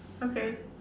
okay